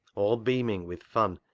all beaming with fun,